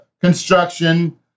construction